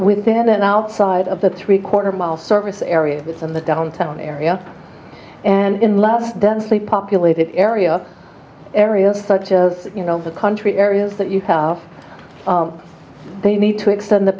within and outside of the three quarter mile service areas in the downtown area and in love densely populated area areas such as the country areas that you have a need to extend the